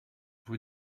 vous